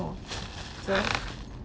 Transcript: so